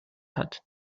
hat